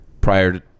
prior